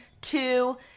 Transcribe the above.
two